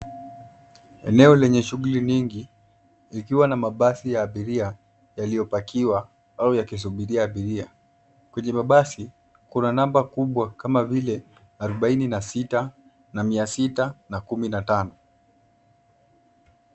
eneo lenye shuguli nyingi ikiwa na mabasi ya abiria yaliyopakiwa au yakisubiria abiria. Kwenye mabasi kuna namba kubwa kama vile arubaini na sita na mia sita na kumi na tano.